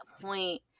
point